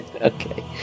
Okay